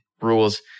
rules